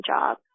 job